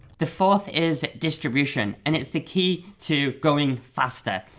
the fourth is distribution. and it's the key to going faster.